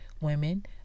Women